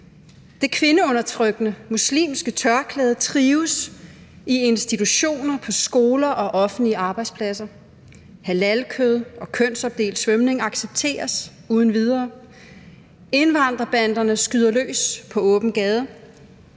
det kvindeundertrykkende muslimske tørklæde trives i institutioner og på skoler og offentlige arbejdspladser, halalkød og kønsopdelt svømning accepteres uden videre, indvandrerbanderne skyder løs på åben gade.